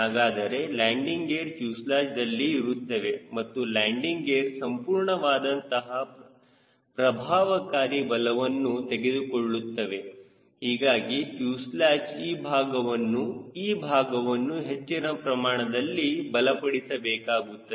ಹಾಗಾದರೆ landing gear ಫ್ಯೂಸೆಲಾಜ್ದಲ್ಲಿ ಇರುತ್ತವೆ ಮತ್ತು ಲ್ಯಾಂಡಿಂಗ್ ಗೇರ್ ಸಂಪೂರ್ಣವಾದಂತಹ ಪ್ರಭಾವಕಾರಿ ಬಲವನ್ನು ತೆಗೆದುಕೊಳ್ಳುತ್ತದೆ ಹೀಗಾಗಿ ಫ್ಯೂಸೆಲಾಜ್ ಈ ಭಾಗವನ್ನು ಈ ಭಾಗವನ್ನು ಹೆಚ್ಚಿನ ಪ್ರಮಾಣದಲ್ಲಿ ಬಲಪಡಿಸಬೇಕಾಗುತ್ತದೆ